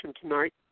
tonight